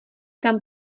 tam